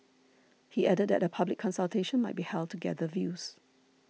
he added that a public consultation might be held to gather views